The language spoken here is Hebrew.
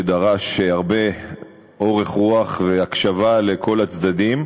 שדרש הרבה אורך רוח והקשבה לכל הצדדים,